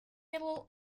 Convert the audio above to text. middle